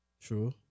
True